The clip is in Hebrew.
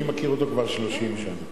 אני מכיר אותו כבר 30 שנה.